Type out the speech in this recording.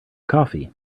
coffee